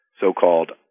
so-called